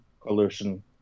collusion